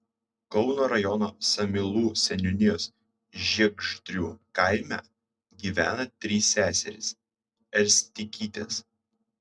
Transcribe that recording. kauno rajono samylų seniūnijos žiegždrių kaime gyvena trys seserys erstikytės